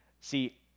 See